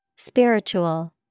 Spiritual